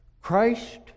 Christ